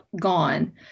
gone